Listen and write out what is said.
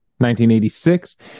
1986